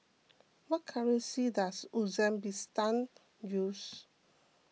what currency does Uzbekistan use